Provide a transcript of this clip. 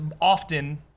often